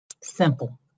Simple